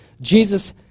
Jesus